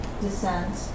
descent